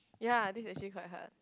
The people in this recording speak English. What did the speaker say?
ya this is actually quite hard